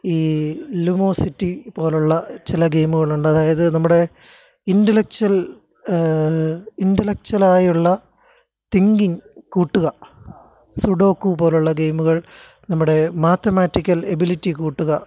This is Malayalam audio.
ഈ ലുമോസിറ്റി പോലെയുള്ള ചില ഗെയിമുകളുണ്ട് അതായത് നമ്മുടെ ഇന്റെലെക്ച്വല് ഇന്റെലെക്ച്വൽ ആയിട്ടുള്ള തിങ്കിംഗ് കൂട്ടുക സുഡോക്കു പോലെയുള്ള ഗെയിമുകൾ നമ്മുടെ മാത്തമാറ്റിക്കല് എബിലിറ്റി കൂട്ടുക